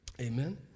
Amen